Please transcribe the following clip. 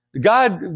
God